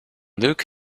luke